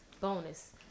Bonus